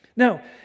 Now